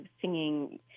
singing